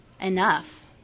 enough